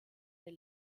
der